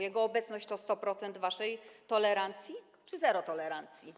Jego obecność to 100% waszej tolerancji czy zero tolerancji?